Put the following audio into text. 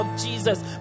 Jesus